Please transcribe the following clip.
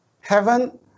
heaven